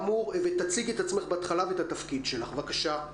תציגי את עצמך בהתחלה ואת התפקיד שלך, בבקשה.